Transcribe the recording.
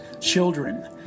Children